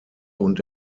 und